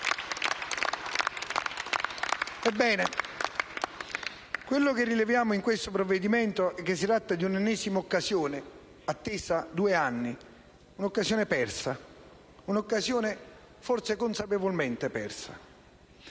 quello che rileviamo in questo provvedimento è che si tratta di un'ennesima occasione persa, attesa da due anni; un'occasione forse consapevolmente persa